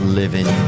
living